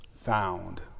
found